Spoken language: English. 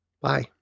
Bye